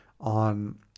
on